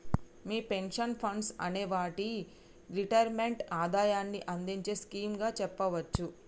మీ pension funds అనే వాటిని retirement ఆదాయాన్ని అందించే స్కీమ్ గా చెప్పవచ్చు